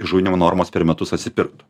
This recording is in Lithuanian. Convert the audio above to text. įžuvinimo normos per metus atsipirktų